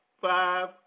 five